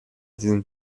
diesen